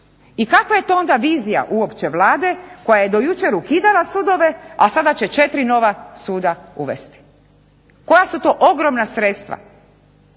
I kakva je to onda vizija uopće Vlade koja je do jučer ukidala sudove, a sada će četiri nova suda uvesti. Koja su to ogromna sredstva.